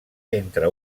entre